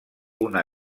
una